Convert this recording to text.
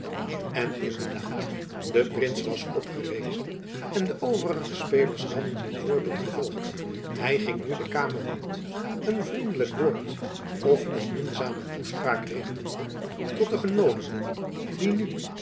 in de daad de prins was opgerezen en de overige spelers hadden zijn voorbeeld gevolgd hy ging nu de kamer rond een vriendelijk woord of een minzame toespraak richtende tot de genoodigden die nu